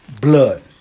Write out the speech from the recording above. blood